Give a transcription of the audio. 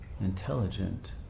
intelligent